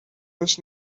was